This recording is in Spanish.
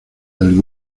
del